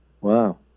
Wow